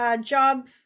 job